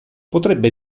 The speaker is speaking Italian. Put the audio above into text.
potrebbe